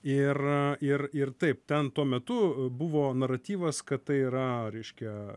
ir ir ir taip ten tuo metu buvo naratyvas kad tai yra reiškia